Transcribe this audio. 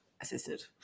assisted